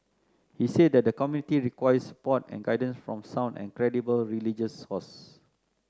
he said that the community requires support and guidance from sound and credible religious sources